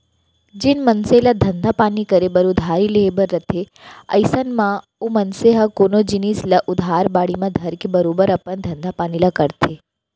जेन मनसे ल धंधा पानी करे बर उधारी लेहे बर रथे अइसन म ओ मनसे ह कोनो जिनिस ल उधार बाड़ी म धरके बरोबर अपन धंधा पानी ल करथे